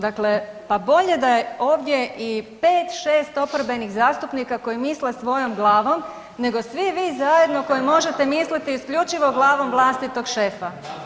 Dakle, pa bolje da je ovdje i 5, 6 oporbenih zastupnika koji misle svojom glavom nego svi vi zajedno koji možete misliti isključivo glavom vlastitog šefa.